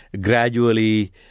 gradually